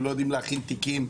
הם לא יודעים להכין תיקים.